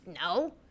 no